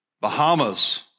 Bahamas